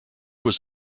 was